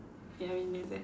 ya I remembered